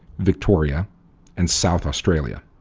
victoria and south australia.